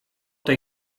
tej